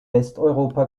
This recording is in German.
westeuropa